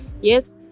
yes